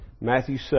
Matthew